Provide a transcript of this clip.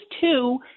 two